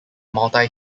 multi